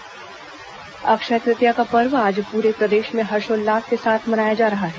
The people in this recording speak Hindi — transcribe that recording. अक्षय तृतीया अक्षय तृतीया का पर्व आज पूरे प्रदेश में हर्षोल्लास के साथ मनाया जा रहा है